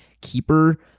keeper